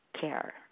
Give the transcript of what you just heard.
care